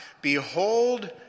Behold